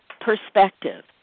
perspective